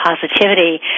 Positivity